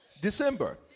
December